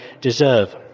deserve